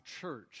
church